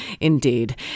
indeed